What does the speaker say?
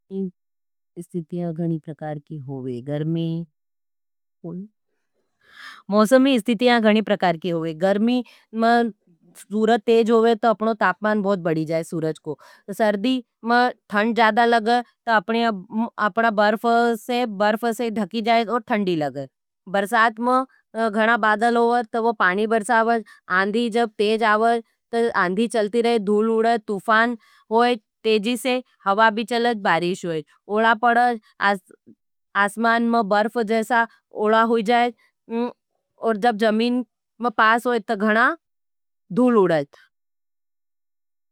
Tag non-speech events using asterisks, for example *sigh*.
*hesitation* मौसमी स्थितियाँ घनी प्रकार की हॉवेन *hesitation* मौसमी स्थितियां घणी प्रकार की होगे। गर्मी में *hesitation* सूरत तेज होवे तो अपनो तापमान बहुत बड़ी जाए सूरज को। सर्दी में ठंड जादा लगज तो अपना बर्फ से *hesitation* बर्फ से ढकी जाए और ठंडी लगज। बर्शात में घणा बादल होवे तो ओ पानी बर्शा होगे, अंधी जब तेज होगे तो अंधी चलती रहे, धूल उड़े, तुफान होगे, तेजी से हवा भी चलेज, बारीश होगे।